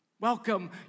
Welcome